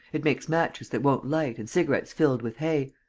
it makes matches that won't light and cigarettes filled with hay.